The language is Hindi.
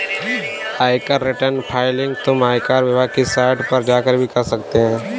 आयकर रिटर्न फाइलिंग तुम आयकर विभाग की साइट पर जाकर भी कर सकते हो